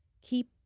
keep